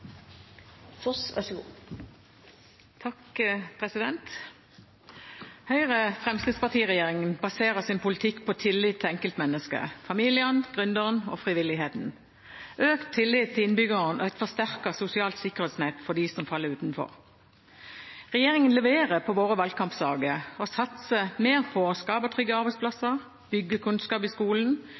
frivilligheten, økt tillit til innbyggerne og et forsterket sosialt sikkerhetsnett for dem som faller utenfor. Regjeringen leverer på våre valgkampsaker og satser mer på å skape trygge arbeidsplasser, bygge kunnskap i skolen,